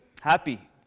happy